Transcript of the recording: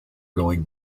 going